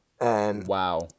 Wow